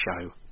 show